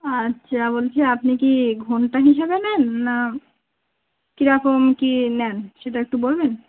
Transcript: আচ্ছা বলছি আপনি কি ঘন্টা হিসেবে নেন না কী রকম কী নেন সেটা একটু বলবেন